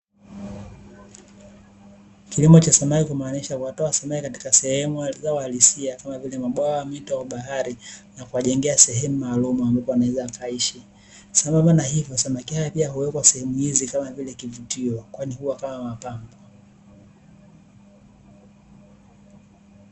Kilimo cha samaki kumaanisha huwatoa samaki katika sehemu zao asilia kama vile mabwawa, mito au bahari na kuwajengea sehemu maalum ambapo wanaweza wakaishi. Sambamba na hivyo, samaki hawa pia huweka sehemu hizi kama vile kivutio kwani huwa kama mapambo.